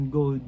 go